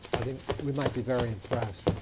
i think we might be very impressed.